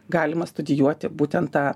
galima studijuoti būtent tą